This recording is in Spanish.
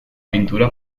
pintura